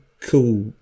cool